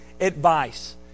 advice